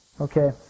Okay